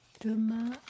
demain